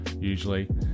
usually